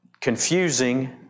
confusing